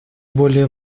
более